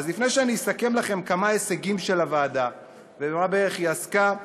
אז לפני שאני אסכם לכם כמה הישגים של הוועדה ובמה בערך היא עסקה,